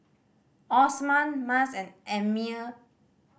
Osman Mas and Ammir